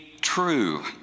true